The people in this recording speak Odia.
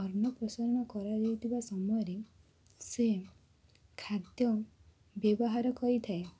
ଅନ୍ନପ୍ରସନ୍ନ କରାଯାଇଥିବା ସମୟରେ ସେ ଖାଦ୍ୟ ବ୍ୟବହାର କରିଥାଏ